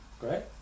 Great